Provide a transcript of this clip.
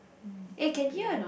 mm could be ah